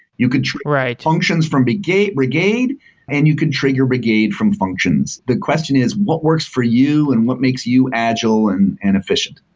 you could trigger functions from brigade brigade and you could trigger brigade from functions. the question is what works for you and what makes you agile and and efficient?